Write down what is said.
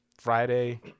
Friday